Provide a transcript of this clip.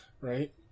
right